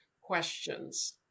questions